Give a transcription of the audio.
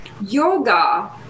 yoga